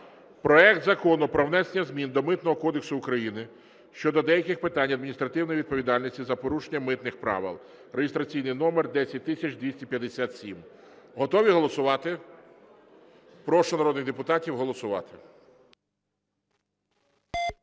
проект Закону про внесення змін до Митного кодексу України щодо деяких питань адміністративної відповідальності за порушення митних правил (реєстраційний номер 10257). Готові голосувати? Прошу народних депутатів голосувати.